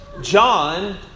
John